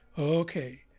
Okay